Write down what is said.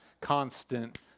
constant